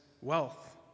wealth